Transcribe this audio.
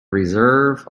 reserve